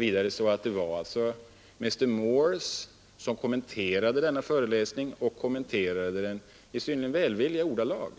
Vidare var det alltså Mr. Morse som kommenterade denna föreläsning och kommenterade den i välvilliga ordalag.